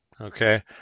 Okay